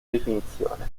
definizione